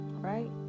Right